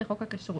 לחוק הכשרות,